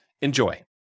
Enjoy